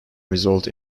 result